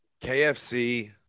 KFC